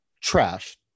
Trash